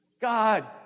God